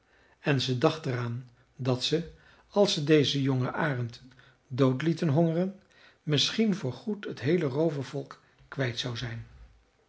en ze dacht er aan dat ze als ze dezen jongen arend dood lieten hongeren misschien voor goed t heele roovervolk kwijt zou zijn